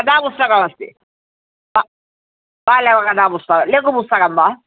कथा पुस्तकमस्ति बालः वा कथा पुस्तकं लघुपुस्तकं वा